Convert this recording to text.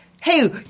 hey